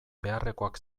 beharrekoak